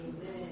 Amen